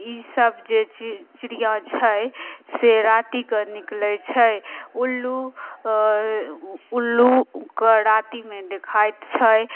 ई सब जे चि चिड़िया छै से राति कऽ निकलै छै उल्लू उल्लूके रातिमे देखाइत छै